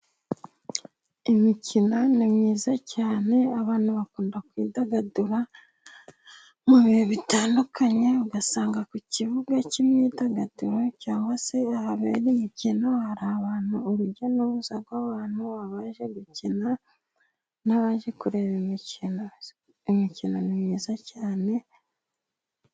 Imikino ni myiza cyane. Abantu bakunda kwidagadura mu bihe bitandukanye. Usanga ku kibuga cy’imyidagaduro, cyangwa se ahabera imikino, hari urujya n’uruza rw’abantu babaje gukina n’abaje kureba imikino. Imikino ni myiza cyane.